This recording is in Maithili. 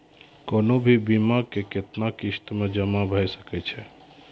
कोनो भी बीमा के कितना किस्त मे जमा भाय सके छै?